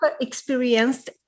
experienced